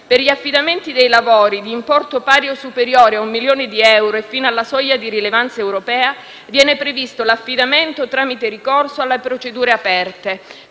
Per gli affidamenti dei lavori di importo pari o superiore a un milione di euro e fino alla soglia di rilevanza europea viene previsto l'affidamento tramite ricorso alle procedure aperte